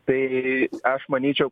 tai aš manyčiau kad